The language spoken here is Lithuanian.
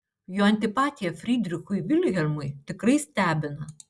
jo antipatija frydrichui vilhelmui tikrai stebina